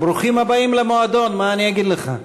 ברוכים הבאים למועדון, מה אני אגיד לך.